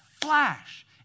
flash